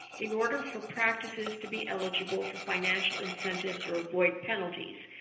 in order for practices to be eligible for financial incentives or avoid penalties.